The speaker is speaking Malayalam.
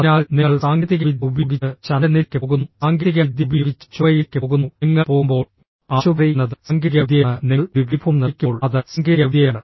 അതിനാൽ നിങ്ങൾ സാങ്കേതികവിദ്യ ഉപയോഗിച്ച് ചന്ദ്രനിലേക്ക് പോകുന്നു സാങ്കേതികവിദ്യ ഉപയോഗിച്ച് ചൊവ്വയിലേക്ക് പോകുന്നു നിങ്ങൾ പോകുമ്പോൾ ആശുപത്രി എന്നത് സാങ്കേതികവിദ്യയാണ് നിങ്ങൾ ഒരു ടെലിഫോൺ നിർമ്മിക്കുമ്പോൾ അത് സാങ്കേതികവിദ്യയാണ്